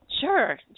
Sure